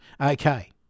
Okay